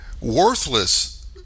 worthless